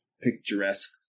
picturesque